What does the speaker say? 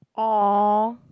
!aww!